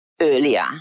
earlier